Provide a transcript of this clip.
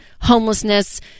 homelessness